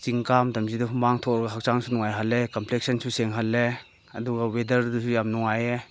ꯆꯤꯡ ꯀꯥꯕ ꯃꯇꯝꯁꯤꯗ ꯍꯨꯃꯥꯡ ꯊꯣꯛꯂꯒ ꯍꯛꯆꯥꯡꯁꯨ ꯅꯨꯡꯉꯥꯏꯍꯜꯂꯦ ꯀꯝꯄ꯭ꯂꯦꯛꯁꯟꯁꯨ ꯁꯦꯡꯍꯜꯂꯦ ꯑꯗꯨꯒ ꯋꯦꯗꯔꯗꯨ ꯌꯥꯝ ꯅꯨꯡꯉꯥꯏꯌꯦ